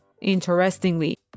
Interestingly